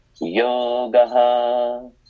Yoga